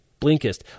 Blinkist